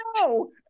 No